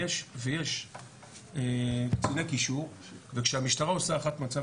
יש קציני קישור וכשהמשטרה עושה הערכת מצב,